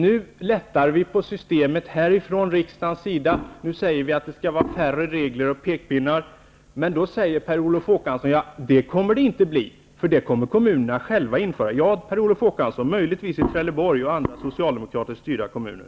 Nu lättar vi på systemet här från riksdagens sida, nu säger vi att det skall vara färre regler och pekpinnar, men då säger Per Olof Håkansson: Det kommer det inte att bli, för kommunerna själva kommer att införa sådana. Ja, Per Olof Håkansson, möjligtvis kommer de att göra det i Trelleborg och andra socialdemokratiskt styrda kommuner.